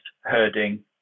herding